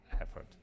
effort